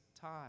time